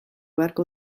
beharko